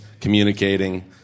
communicating